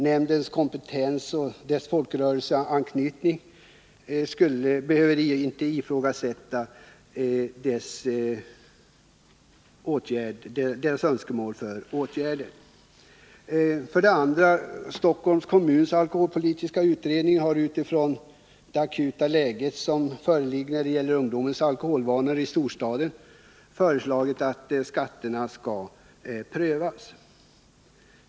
Nämndens kompetens och dess folkrörelseanknytning behöver inte ifrågasättas när det gäller dess önskemål om åtgärder. För det andra har Stockholms kommuns alkoholpolitiska utredning utifrån det akuta läge som föreligger vad gäller ungdomens alkoholvanor i storstaden föreslagit att skatterna skall prövas.